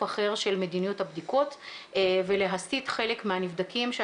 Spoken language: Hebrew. אחר של מדיניות הבדיקות ולהסית חלק מהנדבקים אנחנו